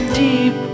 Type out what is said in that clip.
deep